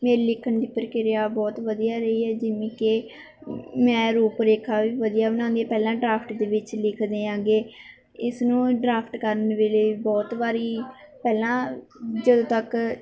ਮੇਰੀ ਲਿਖਣ ਦੀ ਪ੍ਰਕਿਰਿਆ ਬਹੁਤ ਵਧੀਆ ਰਹੀ ਹੈ ਜਿਵੇਂ ਕਿ ਮੈਂ ਰੂਪ ਰੇਖਾ ਵੀ ਵਧੀਆ ਬਣਾਉਂਦੀ ਪਹਿਲਾਂ ਡਰਾਫਟ ਦੇ ਵਿੱਚ ਲਿਖਦੇ ਹੈਗੇ ਇਸਨੂੰ ਡਰਾਫਟ ਕਰਨ ਵੇਲੇ ਬਹੁਤ ਵਾਰੀ ਪਹਿਲਾਂ ਜਦੋਂ ਤੱਕ